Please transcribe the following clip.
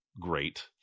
great